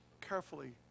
carefully